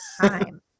time